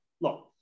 look